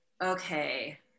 okay